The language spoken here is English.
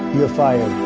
you're fired